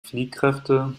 fliehkräfte